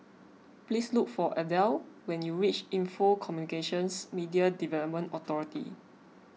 please look for Adele when you reach Info Communications Media Development Authority